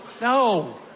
no